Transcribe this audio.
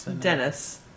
Dennis